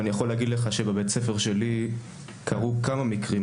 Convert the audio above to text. ואני יכול להגיד לך שבבית-הספר שלי קרו כמה מקרים,